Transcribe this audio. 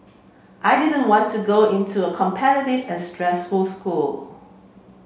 I didn't want to go into a competitive and stressful school